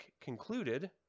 concluded